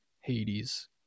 hades